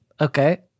okay